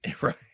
Right